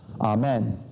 Amen